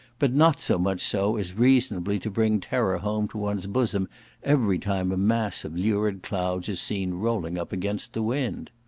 but not so much so as reasonably to bring terror home to one's bosom every time a mass of lurid clouds is seen rolling up against the wind.